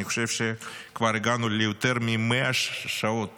אני חושב שכבר הגענו ליותר מ-100 שעות